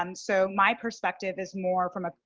um so my perspective is more from a,